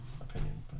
opinion